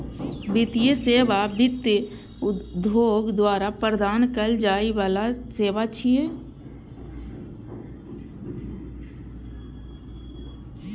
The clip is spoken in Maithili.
वित्तीय सेवा वित्त उद्योग द्वारा प्रदान कैल जाइ बला सेवा छियै